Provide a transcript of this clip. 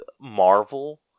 Marvel